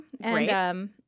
and-